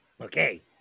Okay